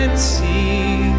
see